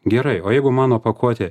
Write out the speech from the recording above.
gerai o jeigu mano pakuotė